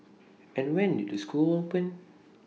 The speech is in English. and when did the school open